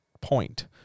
point